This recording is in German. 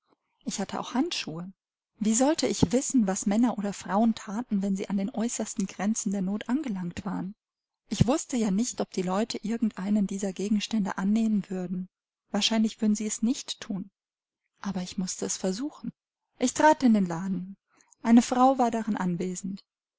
ich hatte auch handschuhe wie sollte ich wissen was männer oder frauen thaten wenn sie an den äußersten grenzen der not angelangt waren ich wußte ja nicht ob die leute irgend einen dieser gegenstände annehmen würden wahrscheinlich würden sie es nicht thun aber ich mußte es versuchen ich trat in den laden eine frau war darin anwesend